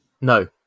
No